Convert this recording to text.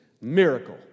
Miracle